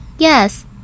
Yes